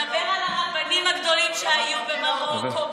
דבר על הרבנים הגדולים שהיו במרוקו,